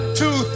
two